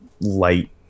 light